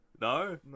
No